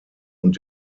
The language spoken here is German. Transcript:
und